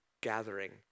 gathering